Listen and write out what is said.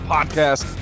Podcast